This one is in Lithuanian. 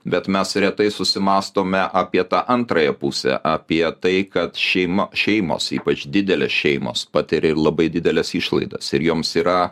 bet mes retai susimąstome apie tą antrąją pusę apie tai kad šeima šeimos ypač didelės šeimos patiria ir labai dideles išlaidas ir joms yra